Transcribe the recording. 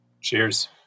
Cheers